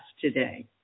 today